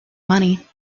money